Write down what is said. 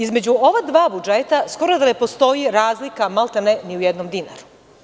Između ova dva budžeta skoro da ne postoji razlika ni u jednom dinaru.